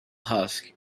husk